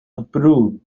approved